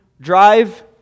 drive